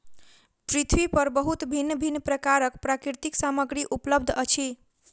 पृथ्वी पर बहुत भिन्न भिन्न प्रकारक प्राकृतिक सामग्री उपलब्ध अछि